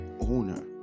owner